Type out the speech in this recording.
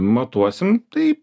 matuosim taip